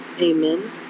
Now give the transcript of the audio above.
Amen